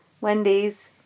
Wendy's